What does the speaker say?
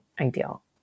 ideal